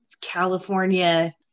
California